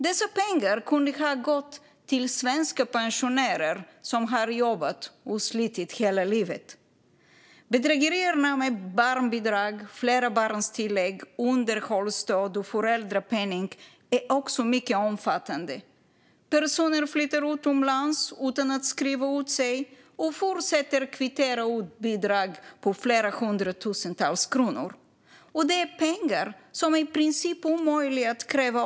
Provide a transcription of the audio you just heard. Dessa pengar hade kunnat gå till svenska pensionärer som har jobbat och slitit hela livet. Bedrägerier med barnbidrag, flerbarnstillägg, underhållsstöd och föräldrapenning är också mycket omfattande. Personer flyttar utomlands utan att skriva ut sig och fortsätter att kvittera ut bidrag på flera hundratusentals kronor. Det här är pengar som i princip är omöjliga att återkräva.